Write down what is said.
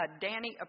Danny